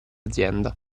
azienda